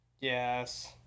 Yes